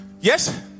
Yes